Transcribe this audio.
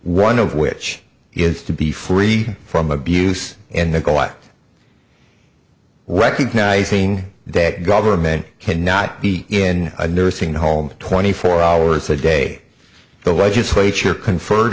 one of which is to be free from abuse and neglect recognizing that government cannot be in a nursing home twenty four hours a day the legislature confer